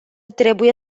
trebuie